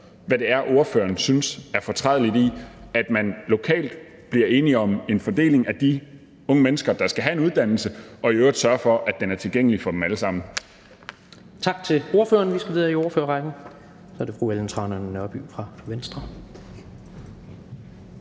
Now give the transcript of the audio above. lokale elevfordelingsregler fra sidste år, og i, at man lokalt bliver enige om en fordeling af de unge mennesker, der skal have en uddannelse. Og at man i øvrigt sørger for, at den er tilgængelig for dem alle sammen.